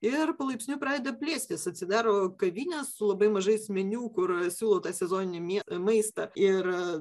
ir palaipsniui pradeda plėstis atsidaro kavinės su labai mažais meniu kur siūlo tą sezoninį mie maistą ir